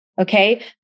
okay